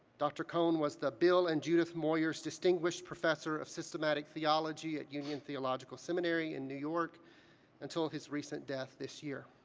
dr. cone was the bill and judith moyers distinguished professor of systematic theology at union theological seminary in new york until his recent death this year.